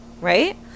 Right